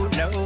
no